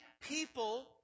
people